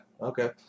Okay